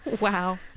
Wow